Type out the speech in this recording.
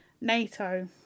NATO